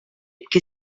che